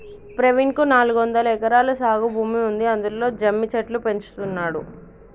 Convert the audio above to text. ప్రవీణ్ కు నాలుగొందలు ఎకరాల సాగు భూమి ఉంది అందులో జమ్మి చెట్లు పెంచుతున్నాడు